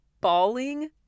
bawling